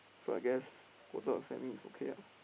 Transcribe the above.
so I guess quarter of set means it's okay ah